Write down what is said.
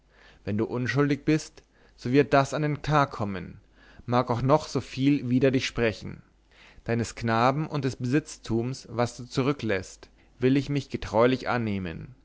wenn du unschuldig bist so wird das an den tag kommen mag auch noch so viel wider dich sprechen deines knaben und des besitztums was du zurücklässest will ich mich getreulich annehmen